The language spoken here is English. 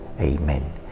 Amen